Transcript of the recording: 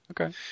Okay